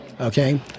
okay